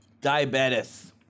diabetes